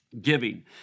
giving